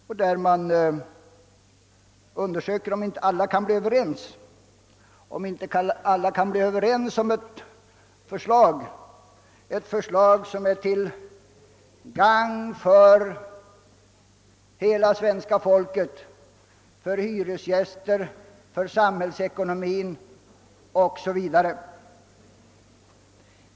Där kunde man undersöka om man inte kunde bli överens om ett förslag, som är till gagn för hela svenska folket — för hyresgästerna, för samhällsekonomin etc.